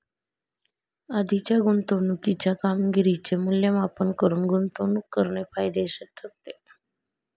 आधीच्या गुंतवणुकीच्या कामगिरीचे मूल्यमापन करून गुंतवणूक करणे फायदेशीर ठरते